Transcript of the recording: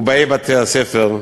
ובאי בית-הספר.